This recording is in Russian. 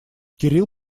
кирилл